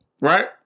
Right